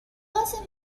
hacen